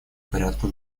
порядку